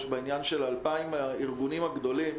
בעניין של 2,000 הארגונים הגדולים,